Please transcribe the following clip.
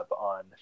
on